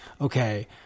okay